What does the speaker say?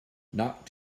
not